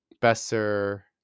Besser